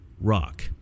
rock